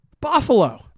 Buffalo